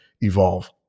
evolve